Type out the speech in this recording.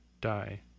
die